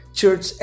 church